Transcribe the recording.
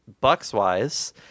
Bucks-wise